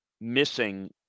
missing